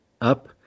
up